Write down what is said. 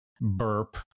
burp